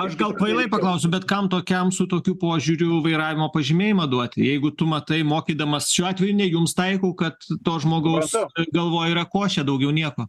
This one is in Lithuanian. aš gal kvailai paklausiu bet kam tokiam su tokiu požiūriu vairavimo pažymėjimą duoti jeigu tu matai mokydamas šiuo atveju ne jums taikau kad to žmogaus galvoje yra košė daugiau nieko